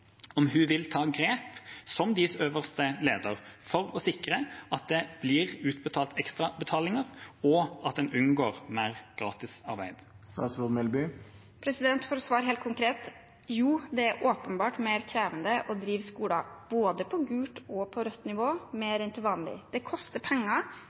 om hun vil ta grep som deres øverste leder for å sikre at det blir utbetalt ekstrabetalinger, og at en unngår mer gratisarbeid. For å svare helt konkret: Jo, det er åpenbart mer krevende å drive skole både på gult og på rødt nivå enn det er til vanlig. Det koster penger,